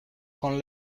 con